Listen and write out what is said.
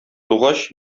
тугач